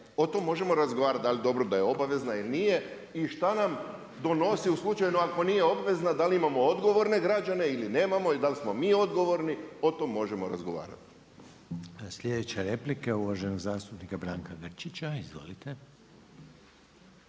O tome možemo razgovarati da li je dobro da je obavezna ili nije i šta nam donosi slučajno ako nije obvezna, da li imamo odgovorne građane ili nemamo i dali smo mi odgovorni, o tome možemo razgovarati. **Reiner, Željko (HDZ)** Sljedeća replika uvaženog zastupnika Branka Grčića. Izvolite.